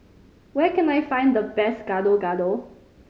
where can I find the best Gado Gado